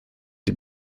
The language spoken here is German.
die